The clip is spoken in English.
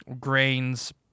grains